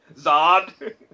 Zod